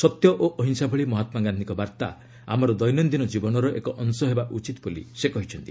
ସତ୍ୟ ଓ ଅହିଂସା ଭଳି ମହାତ୍ମାଗାନ୍ଧିଙ୍କ ବାର୍ତ୍ତା ଆମର ଦୈନନ୍ଦିନ ଜୀବନର ଏକ ଅଂଶ ହେବା ଉଚିତ ବୋଲି ସେ କହିଛନ୍ତି